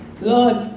Lord